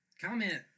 Comment